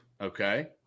Okay